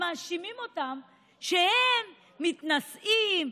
ומאשימים אותם שהם מתנשאים,